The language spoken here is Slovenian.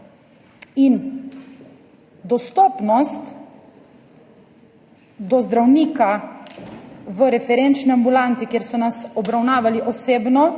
Dostopnost do zdravnika v referenčni ambulanti, kjer so nas obravnavali osebno,